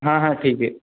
हाँ हाँ ठीक हे